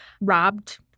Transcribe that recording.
robbed